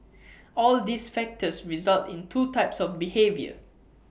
all these factors result in two types of behaviour